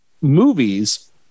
movies